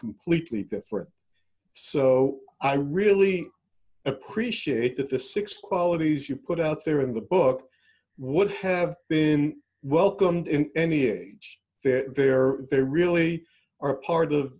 completely different so i really appreciate that the six qualities you put out there in the book would have been welcomed in any age they're there they really are part of